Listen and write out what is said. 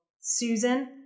Susan